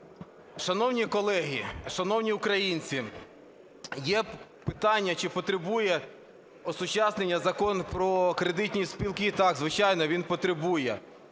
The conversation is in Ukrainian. Шановні колеги, шановні українці! Є питання: чи потребує осучаснення Закон про кредитні спілки? Так, звичайно, він потребує.